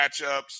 matchups